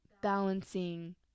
balancing